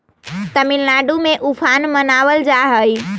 तमिलनाडु में उफान मनावल जाहई